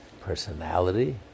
personality